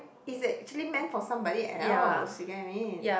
is actually meant for somebody else you get what I mean